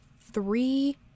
three